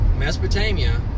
Mesopotamia